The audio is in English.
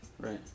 Right